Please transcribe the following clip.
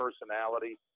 personality